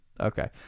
Okay